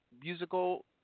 musical